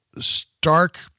stark